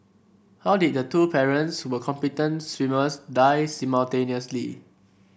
how did the two parents were competent swimmers die simultaneously